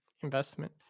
investment